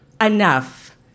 enough